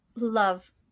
Love